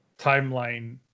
timeline